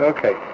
Okay